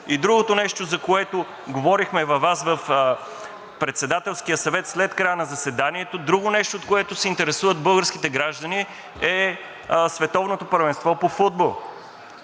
И другото нещо, за което говорихме на Председателския съвет след края на заседанието – другото нещо, от което се интересуват българските граждани, е Световното първенство по футбол.